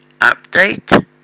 update